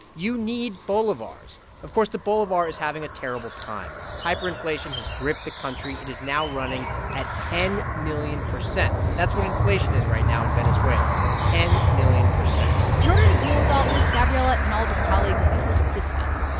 you need bolivars of course, the bolivar is having a terrible time. hyperinflation has gripped the country. it is now running at ten million percent. that's what inflation is right now in venezuela ten million percent in order to deal with all of this, gabriela and all of her colleagues they have this system.